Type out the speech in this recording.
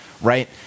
right